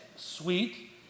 Sweet